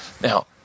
Now